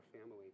family